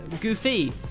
Goofy